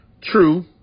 True